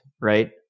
right